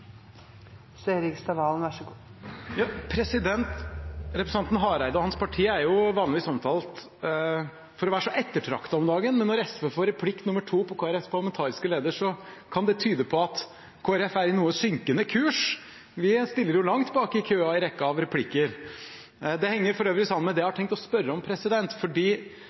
så ettertraktet om dagen, men når SV får replikk nr. 2 på Kristelig Folkepartis parlamentariske leder, kan det tyde på at Kristelig Folkeparti er i noe synkende kurs – vi stiller jo langt bak i køen i rekka av replikker. Det henger for øvrig sammen med det jeg har tenkt å spørre om.